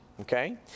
okay